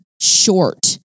short